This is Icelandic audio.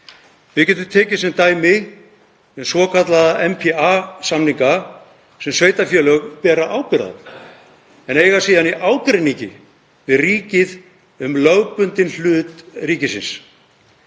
Við getum tekið sem dæmi svokallaða NPA-samninga sem sveitarfélög bera ábyrgð á en eiga síðan í ágreiningi við ríkið um lögbundinn hlut ríkisins.